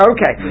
Okay